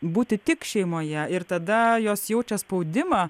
būti tik šeimoje ir tada jos jaučia spaudimą